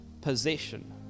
possession